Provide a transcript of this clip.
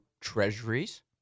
treasuries